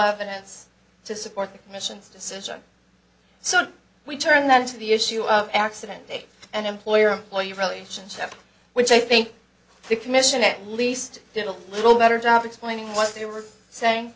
evidence to support the commission's decision so we turn that into the issue of accident and employer employee relationship which i think the commission at least did a little better job explaining what they were saying